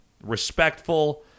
Respectful